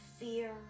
fear